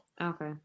Okay